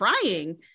trying